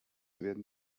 werden